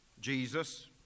Jesus